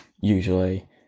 usually